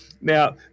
Now